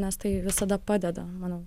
nes tai visada padeda manau